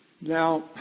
Now